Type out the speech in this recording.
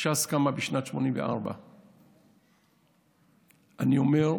ש"ס קמה בשנת 1984. אני אומר,